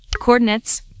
coordinates